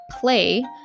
play